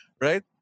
right